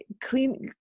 clean